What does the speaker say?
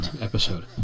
episode